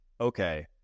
okay